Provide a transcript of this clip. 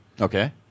Okay